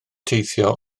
teithio